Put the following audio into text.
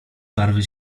barwy